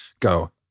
Go